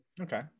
Okay